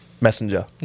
Messenger